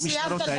המשטרות האלה.